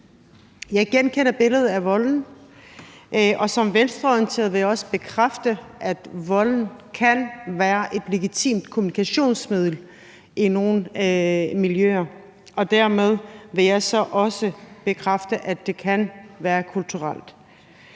Jeg genkender billedet af volden, og som venstreorienteret vil jeg også bekræfte, at volden kan være et legitimt kommunikationsmiddel i nogle miljøer, og dermed vil jeg så også bekræfte, at det kan være kulturelt.